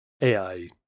AI